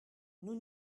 nous